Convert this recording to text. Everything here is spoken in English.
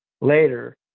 later